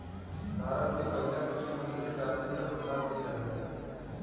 भारत के पहिला कृषि मंत्री राजेंद्र प्रसाद जी रहने